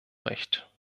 recht